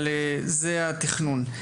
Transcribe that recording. אבל זה התכנון.